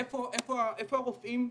איפה הרופאים הצבאיים,